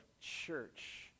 church